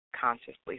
consciously